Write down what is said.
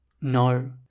No